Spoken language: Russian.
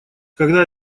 когда